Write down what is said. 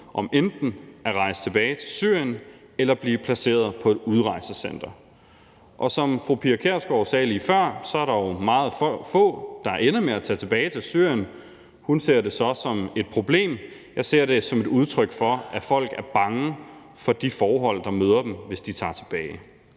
om enten at rejse tilbage til Syrien eller blive placeret på et udrejsecenter. Som fru Pia Kjærsgaard sagde lige før, er der jo meget få, der ender med at tage tilbage til Syrien. Hun ser det som et problem; jeg ser det som et udtryk for, at folk er bange for de forhold, der møder dem, hvis de tager tilbage.